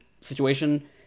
situation